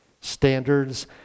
standards